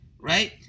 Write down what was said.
right